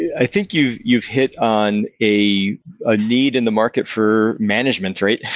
i think you've you've hit on a ah need in the market for management, right?